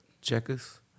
Checkers